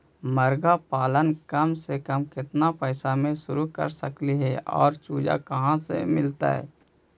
मरगा पालन कम से कम केतना पैसा में शुरू कर सकली हे और चुजा कहा से मिलतै?